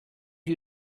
you